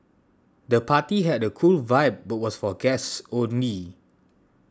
the party had a cool vibe but was for guests only